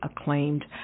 acclaimed